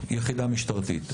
יחידה משטרתית,